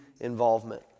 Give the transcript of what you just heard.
involvement